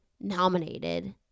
nominated